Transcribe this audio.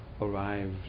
arrived